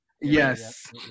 Yes